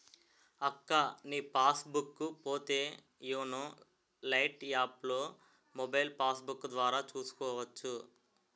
అక్కా నీ passbook photo YONO lite యాప్లో మొబైల్ పాస్బుక్కు ద్వారా చూసుకోవచ్చు